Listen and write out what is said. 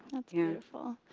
that's beautiful.